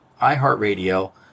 iHeartRadio